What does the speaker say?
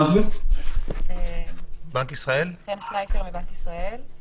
אני מבנק ישראל.